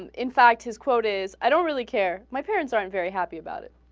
and in fact is quote is idont really care my parents are and very happy about it